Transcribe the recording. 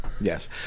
Yes